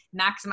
maximize